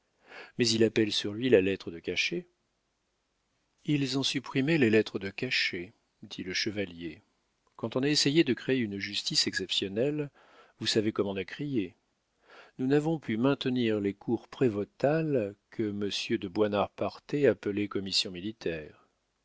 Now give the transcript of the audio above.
mais il appelle sur lui la lettre de cachet ils ont supprimé les lettres de cachet dit le chevalier quand on a essayé de créer une justice exceptionnelle vous savez comme on a crié nous n'avons pu maintenir les cours prévôtales que monsieur de buonaparte appelait commissions militaires